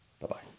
Bye-bye